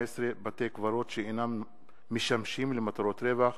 18) (בתי-קברות שאינם משמשים למטרות רווח),